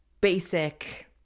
basic